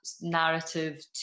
narrative